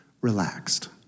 relaxed